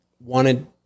wanted